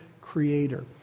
creator